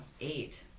Eight